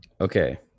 okay